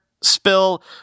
spill